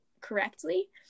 correctly